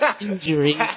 Injury